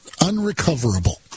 unrecoverable